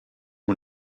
one